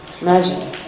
imagine